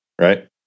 right